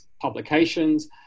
publications